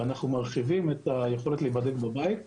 אנחנו מרחיבים את היכולת להיבדק בבית.